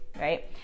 right